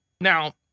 Now